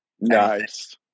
Nice